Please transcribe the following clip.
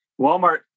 Walmart